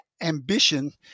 ambition